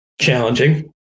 challenging